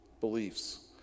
beliefs